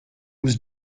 was